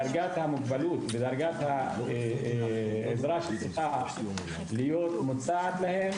דרגת המוגבלות ולגבי העזרה שצריכה להיות מוצעת להם.